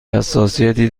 حساسیتی